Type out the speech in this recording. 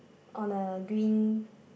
on a green